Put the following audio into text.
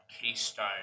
keystone